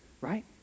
right